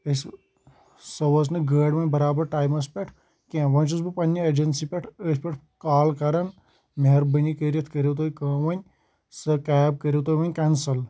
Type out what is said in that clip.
أسۍ سۄ وٲژ نہٕ گٲڑۍ وۄنۍ برابر ٹایمَس پٮ۪ٹھ کینٛہہ وۄنۍ چھُس بہٕ پنٛنہِ ایجنسی پٮ۪ٹھ أتھۍ پٮ۪ٹھ کال کَران مہربٲنی کٔرِتھ کٔرِو تُہۍ کٲم وۄنۍ سۄ کیب کٔرِو تُہۍ وۄنۍ کٮ۪نسَل